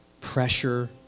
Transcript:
pressure